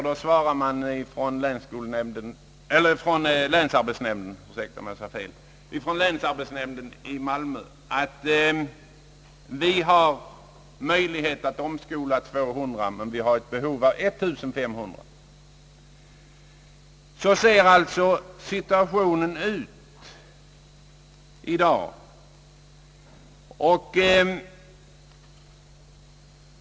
Då svarade man från länsarbetsnämnden i Malmö, att man har möjlighet att omskola 200, men man behövde kunna omskola 1 500. Så ser alltså situationen ut i dag.